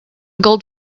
gold